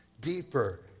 deeper